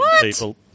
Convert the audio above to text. people